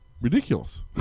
ridiculous